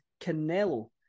Canelo